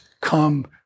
come